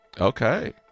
Okay